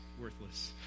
worthless